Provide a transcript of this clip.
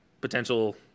potential